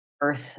Earth